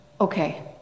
okay